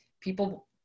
people